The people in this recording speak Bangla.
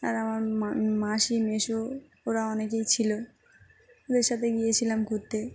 আর আমার মা মাসি মেসো ওরা অনেকেই ছিল ওদের সাথে গিয়েছিলাম ঘুরতে